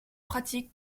pratiques